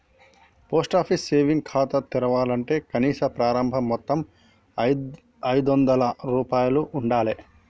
post office savings ఖాతా తెరవాలంటే కనీస ప్రారంభ మొత్తం ఐదొందల రూపాయలు ఉండాలె